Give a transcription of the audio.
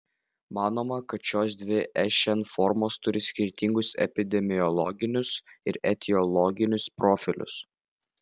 manoma kad šios dvi šn formos turi skirtingus epidemiologinius ir etiologinius profilius